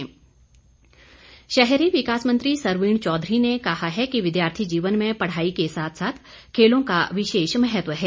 सरवीण चौधरी शहरी विकास मंत्री सरवीण चौधरी ने कहा है कि विद्यार्थी जीवन में पढ़ाई के साथ साथ खेलों का विशेष महत्व है